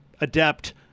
adept